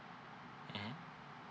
mmhmm